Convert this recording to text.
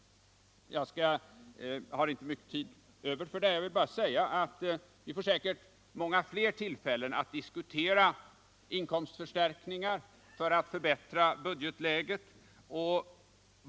Jag har inte mycket tid över, och jag vill då bara säga att vi säkert får många fler tillfällen att diskutera inkomstförstärkningar för att förbättra budgetläget.